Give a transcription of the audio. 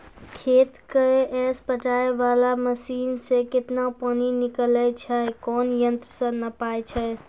खेत कऽ पटाय वाला मसीन से केतना पानी निकलैय छै कोन यंत्र से नपाय छै